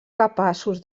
capaços